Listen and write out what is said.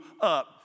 up